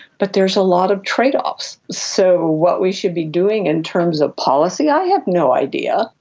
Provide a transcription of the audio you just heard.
but there's a lot of trade-offs. so what we should be doing in terms of policy, i have no idea.